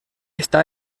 està